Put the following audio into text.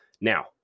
Now